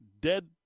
dead